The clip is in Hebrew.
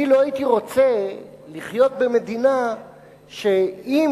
אני לא הייתי רוצה לחיות במדינה שאם,